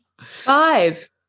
Five